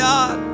God